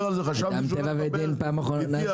ואת אדם טבע ודין, כדי שהוא ידבר על זה.